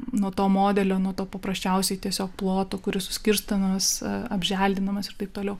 nuo to modelio nuo to paprasčiausiai tiesiog ploto kuris suskirstomas apželdinamas ir taip toliau